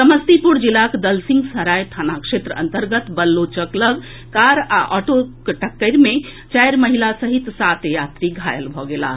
समस्तीपुर जिलाक दलसिंहसराय थाना क्षेत्र अन्तर्गत बल्लोचक लऽग कार आ ऑटोक टक्कर मे चारि महिला सहित सात यात्री घायल भऽ गेलाह